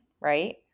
right